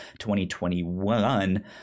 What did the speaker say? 2021